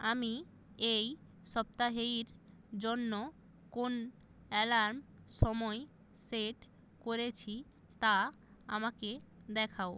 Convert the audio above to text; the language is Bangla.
আমি এই সপ্তাহেইর জন্য কোন অ্যালার্ম সময় সেট করেছি তা আমাকে দেখাও